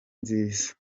nziza